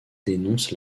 dénoncent